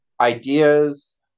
ideas